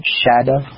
shadow